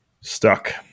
stuck